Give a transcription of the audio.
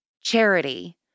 charity